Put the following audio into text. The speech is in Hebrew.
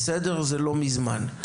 זה לא מזמן.